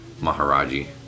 Maharaji